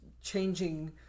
changing